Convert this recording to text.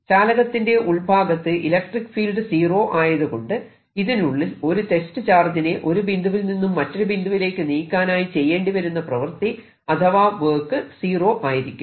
ചാലകത്തിന്റെ ഉൾഭാഗത്ത് electric field zero ആയതുകൊണ്ട് ഇതിനുള്ളിൽ ഒരു ടെസ്റ്റ് ചാർജിനെ ഒരു ബിന്ദുവിൽ നിന്നും മറ്റൊരു ബിന്ദുവിലേക്ക് നീക്കാനായി ചെയ്യേണ്ടിവരുന്ന പ്രവൃത്തി അഥവാ വർക്ക് സീറോ ആയിരിക്കും